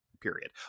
period